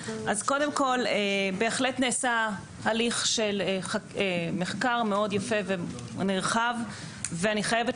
קודם כל בהחלט נעשה הליך של מחקר מאוד יפה ונרחב ואני חייבת